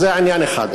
אז זה עניין אחד.